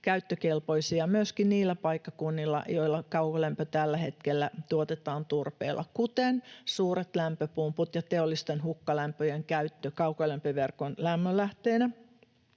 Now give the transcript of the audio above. käyttökelpoisia myöskin niillä paikkakunnilla, joilla kaukolämpö tällä hetkellä tuotetaan turpeella, kuten suuret lämpöpumput ja teollisten hukkalämpöjen käyttö kaukolämpöverkon lämmönlähteenä